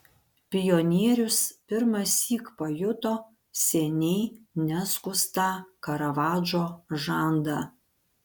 pionierius pirmąsyk pajuto seniai neskustą karavadžo žandą